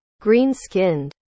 Green-skinned